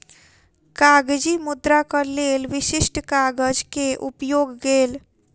कागजी मुद्राक लेल विशिष्ठ कागज के उपयोग गेल